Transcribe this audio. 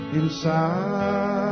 inside